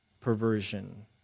perversion